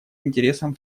интересам